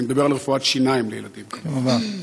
אני מדבר על רפואת שיניים לילדים, כמובן.